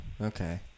okay